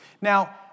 Now